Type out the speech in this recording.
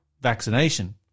vaccination